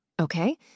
Okay